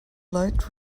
light